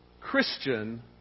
Christian